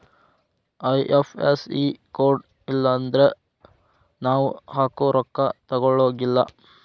IFSC code ಇಲ್ಲನ್ದ್ರ ನಾವ್ ಹಾಕೊ ರೊಕ್ಕಾ ತೊಗೊಳಗಿಲ್ಲಾ